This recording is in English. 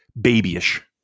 babyish